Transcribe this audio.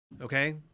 Okay